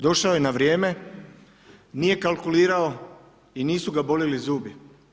Došao je na vrijeme, nije kalkulirao i nisu ga bolili zubi.